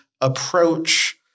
approach